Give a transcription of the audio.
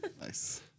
Nice